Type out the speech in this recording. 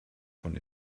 von